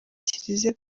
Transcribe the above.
kiliziya